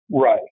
Right